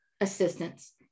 assistance